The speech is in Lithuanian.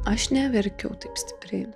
aš neverkiau taip stipriai